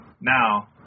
now